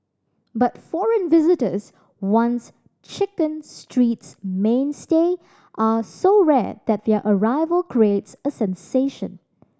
but foreign visitors once Chicken Street's mainstay are so rare that their arrival creates a sensation